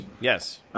yes